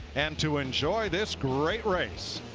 and to enjoy this great race.